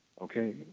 Okay